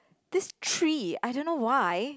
this tree I don't know why